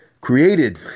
created